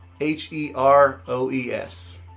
H-E-R-O-E-S